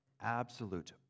absolute